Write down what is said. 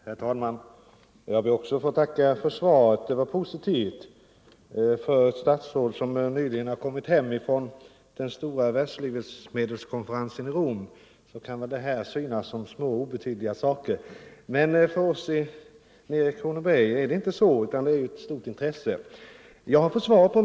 Herr talman! Jag ber att få tacka för svaret, som var positivt. För ett statsråd som nyligen har kommit hem från den stora världslivsmedelskonferensen i Rom kan väl det här synas som en liten, obetydlig sak, men för oss nere i Kronoberg är det inte så, utan frågan har stort intresse.